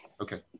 okay